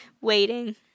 waiting